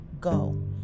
go